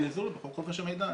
זלזול בחוק חופש המידע.